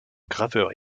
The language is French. graveurs